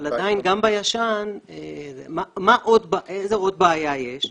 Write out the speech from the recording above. אבל עדיין גם בישן --- איזו עוד בעיה יש?